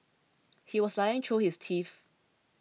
he was lying through his teeth